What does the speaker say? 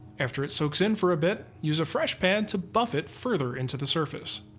after it soaks in for a bit, use a fresh pad to buff it further into the surface.